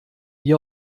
wie